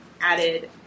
added